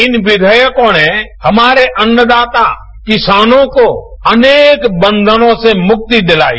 इन विवेयकों ने हमारे अन्नदाता किसानों को अनेक बंबनों से मुक्ति दिलाई